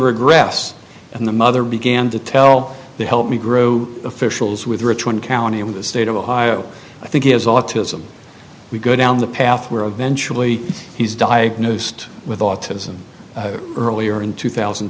regress and the mother began to tell the help me grew officials with richmond county and the state of ohio i think he has autism we go down the path where eventually he's diagnosed with autism earlier in two thousand